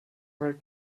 weil